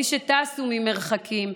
מי שטסו ממרחקים,